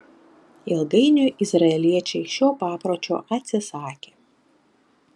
ilgainiui izraeliečiai šio papročio atsisakė